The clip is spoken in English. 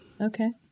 Okay